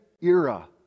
era